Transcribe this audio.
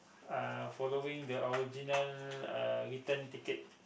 uh following the original uh return ticket